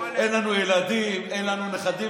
יש, אבל, אין לנו ילדים, אין לנו נכדים.